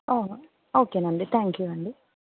అవును ఓకేనండి thank you అండి